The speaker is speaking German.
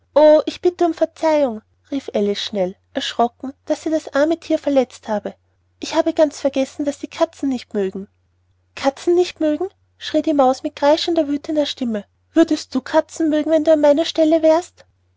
ich bitte um verzeihung rief alice schnell erschrocken daß sie das arme thier verletzt habe ich hatte ganz vergessen daß sie katzen nicht mögen katzen nicht mögen schrie die maus mit kreischender wüthender stimme würdest du katzen mögen wenn du an meiner stelle wärest